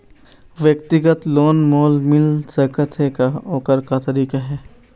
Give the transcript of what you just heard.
व्यक्तिगत लोन मोल मिल सकत हे का, ओकर का तरीका हे?